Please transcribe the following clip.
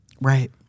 Right